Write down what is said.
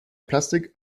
plastik